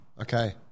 Okay